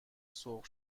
سرخ